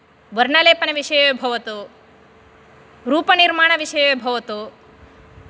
वर्णलेपनविषये भवतु रूपनिर्माणविषये भवतु